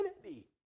identity